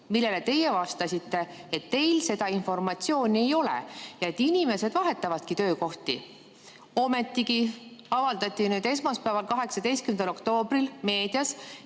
mille peale te vastasite, et teil seda informatsiooni ei ole ja et inimesed vahetavadki töökohti. Ometigi avaldati esmaspäeval, 18. oktoobril meedias,